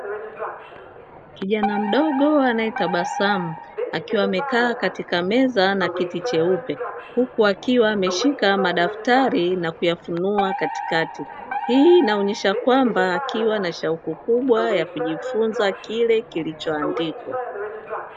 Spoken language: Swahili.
Kijana mdogo anayetabasamu akiwa amekaa katika meza na kiti cheupe, huku akiwa ameshika madaftari na kuyafunua katikati. Hii inaonyesha kwamba akiwa na shauku kubwa ya kujifunza kile kilichoandikwa.